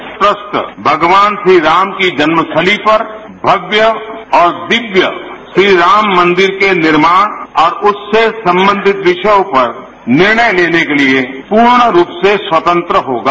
ये ट्रस्ट भगवान श्रीराम की जन्मस्थली पर भव्य और दिव्य श्री राममंदिर के निर्माण और उससे संबंधित विषयों पर निर्णय लेने के लिए पूर्ण रूप से स्वतंत्र होगा